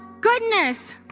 goodness